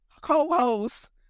co-host